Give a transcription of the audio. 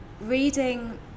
reading